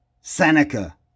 Seneca